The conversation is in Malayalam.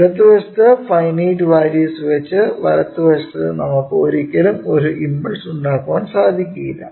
ഇടതു വശത്തു ഫൈനൈറ്റ് വാല്യൂസ് വെച്ച് വലതു വശത്തു നമുക്ക് ഒരിക്കലും ഒരു ഇമ്പൾസ് ഉണ്ടാക്കാൻ സാധിക്കില്ല